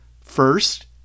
First